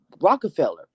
Rockefeller